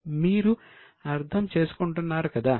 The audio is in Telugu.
మీరు అర్థం చేసుకుంటున్నారు కదా